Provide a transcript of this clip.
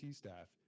staff